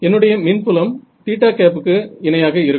என்னுடைய மின்புலம் க்கு இணையாக இருக்கும்